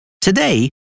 Today